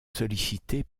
solliciter